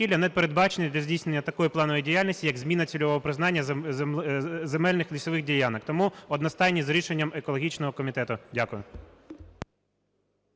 Дякую.